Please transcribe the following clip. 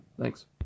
thanks